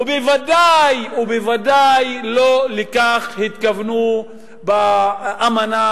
ובוודאי ובוודאי לא לכך התכוונו באמנה